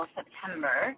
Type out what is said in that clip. September